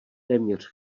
téměř